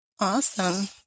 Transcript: Awesome